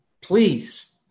please